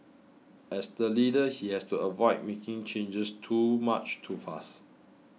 as the leader he has to avoid making changes too much too fast